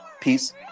peace